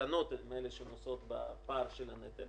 האיתנות הן אלה שנושאות בפער של הנטל,